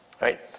right